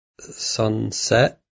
sunset